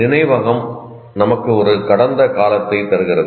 நினைவகம் நமக்கு ஒரு கடந்த காலத்தைத் தருகிறது